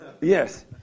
yes